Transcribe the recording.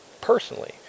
personally